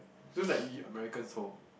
those like y~ American's home